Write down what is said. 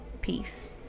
peace